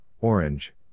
Orange